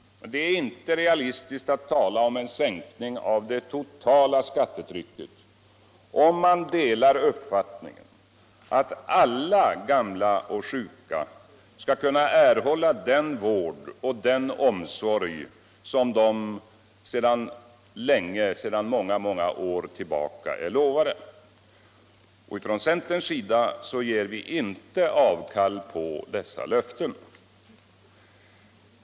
Det är emellertid inte realistiskt att tala om en sänkning av det totala skattetrycket, om man delar uppfattningen att alla gamla och sjuka skall kunna erhålla den vård och den omsorg som de sedan många, många år tillbaka är lovade. Från centerns sida ger vi inte avkall på dessa löften.